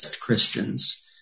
Christians